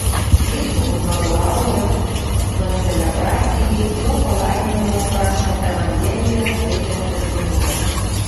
vyskupui vadovaujant koncelebracijai jo palaiminimo prašo evangeliją skaitantis kunigas